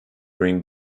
bring